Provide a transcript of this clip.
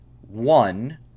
One